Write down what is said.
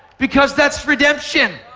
because that's redemption.